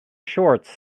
shorts